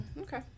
Okay